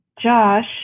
Josh